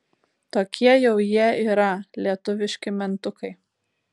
tokie jau jie yra lietuviški mentukai